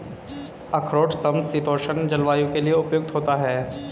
अखरोट समशीतोष्ण जलवायु के लिए उपयुक्त होता है